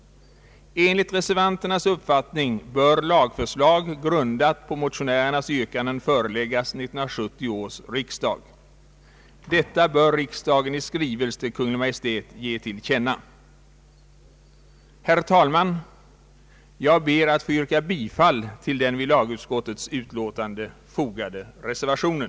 Enligt reservanternas uppfattning bör lagförslag grundat på motionärernas yrkanden föreläggas 1970 års riksdag. Detta bör riksdagen i skrivelse till Kungl. Maj:t ge till känna. Herr talman! Jag ber att få yrka bifall till den vid lagutskottets utlåtande fogade reservationen.